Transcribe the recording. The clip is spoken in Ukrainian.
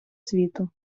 світу